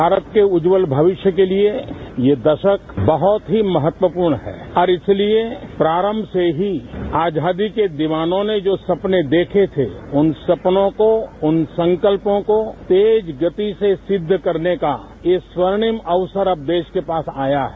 भारत के उज्ज्वल भविष्य के लिए ये दशक बहुत ही महत्वपूर्ण है और इसलिए प्रारंभ से ही आजादी के दीवानों ने जो सपने देखे थे उन सपनों को उन संकल्पों को तेज गति से सिद्ध करने का ये स्वर्भिम अवसर अब देश के पास आया है